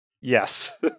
Yes